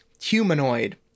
humanoid